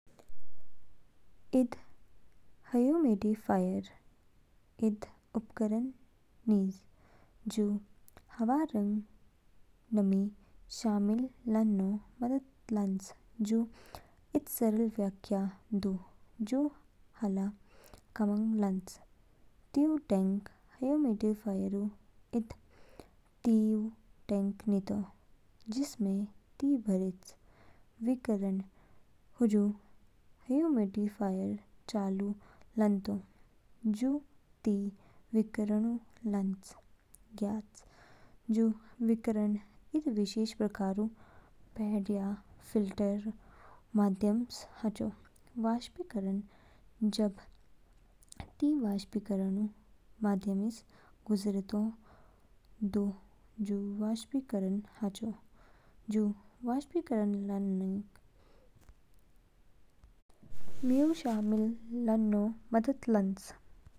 इद humidifier इद उपकरण निज जू हवा रंग नमी शामिल लानो मदद लान्च। जू इद सरल व्याख्या दू जू हाला कामंग लान्च। तीऊ टैंक ह्यूमिडिफ़ायर इद तीऊ टैंक नितो, जिसमें ती भरेच। विकिरण हजू ह्यूमिडिफ़ायर चालू लानतो, जू ती विकिरणऊ लान ज्ञयाच। जू विकिरण इद विशेष प्रकारऊ पैड या फिल्टरऊ माध्यमस हाचो। वाष्पीकरण जब ती विकिरणऊ माध्यमस गुजरेतो, दो जू वाष्पीकरण हाचो। जू वाष्पीकरण लान रंग मीऊ शामिल लानू मदद लानतो।